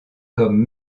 comme